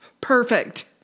Perfect